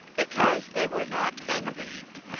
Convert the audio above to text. because they were not envied.